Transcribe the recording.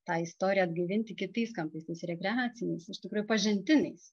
tą istoriją atgaivinti kitais kampais tais rekreaciniais iš tikrųjų pažintiniais